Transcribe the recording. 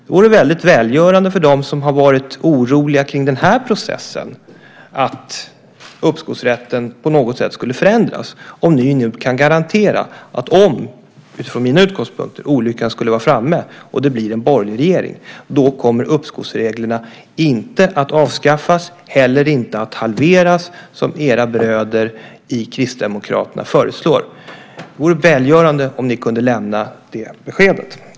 Det vore välgörande för dem som har varit oroliga kring den här processen med att uppskovsrätten skulle förändras om ni nu kunde garantera, om - från mina utgångspunkter - olyckan skulle vara framme och det blir en borgerlig regering, att uppskovsreglerna inte kommer att avskaffas och inte heller halveras, som era bröder i Kristdemokraterna föreslår. Det vore välgörande om ni kunde lämna det beskedet.